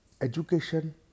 education